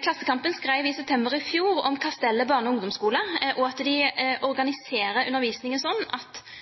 Klassekampen skrev i september i fjor om at Kastellet barne- og ungdomsskole organiserer undervisningen sånn at de